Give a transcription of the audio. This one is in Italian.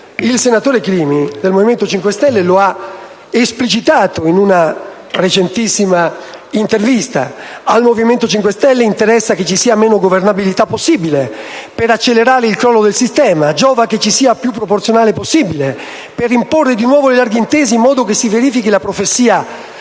il senatore Crimi lo ha esplicitato in una recentissima intervista. Al Movimento 5 Stelle interessa che ci sia meno governabilità possibile per accelerare il crollo del sistema; giova che ci sia più sistema proporzionale possibile per imporre di nuovo le larghe intese in modo che si verifichi la falsa